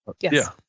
Yes